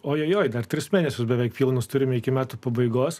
oi dar tris mėnesius beveik pilnas turime iki metų pabaigos